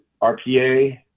RPA